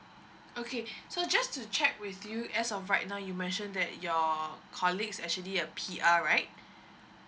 okay so just to check with you as of right now you mentioned that your colleagues actually a P_R right